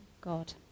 God